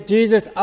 Jesus